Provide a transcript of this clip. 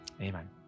Amen